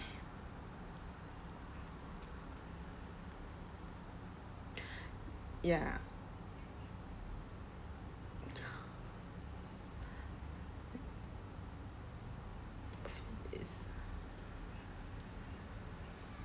ya the events